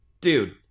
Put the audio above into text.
dude